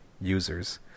users